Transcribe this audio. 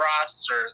roster